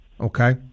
okay